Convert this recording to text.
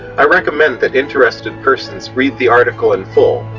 i recommend that interested persons read the article in full,